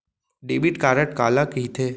Debit card काला कहिथे?